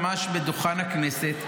ממש על דוכן הכנסת,